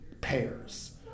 pairs